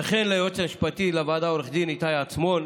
וכן ליועץ המשפטי לוועדה עו"ד איתי עצמון,